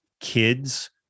kids